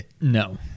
No